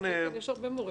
יש הרבה מורים.